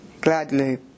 gladly